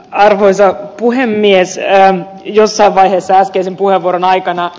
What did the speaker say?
arvoisa puhemies erää jossain vaiheessa äskeisen puheenvuoron aikana